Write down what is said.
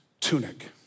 tunic